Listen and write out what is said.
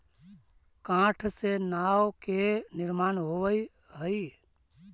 काठ से नाव के निर्माण होवऽ हई